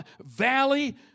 valley